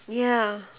ya